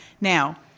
Now